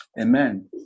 Amen